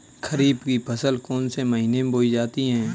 खरीफ की फसल कौन से महीने में बोई जाती है?